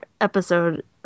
episode